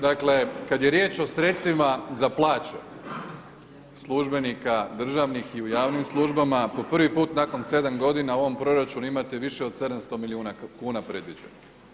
Dakle, kad je riječ o sredstvima za plaće službenika, državnih i u javnim službama po prvi put nakon 7 godina u ovom proračunu imate više od 700 milijuna kuna predviđeno.